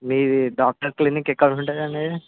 మీది doctor clinic ఎక్కడ ఉంటుంది అండి ఇది